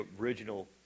original